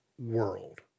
world